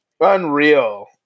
Unreal